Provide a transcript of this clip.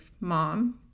mom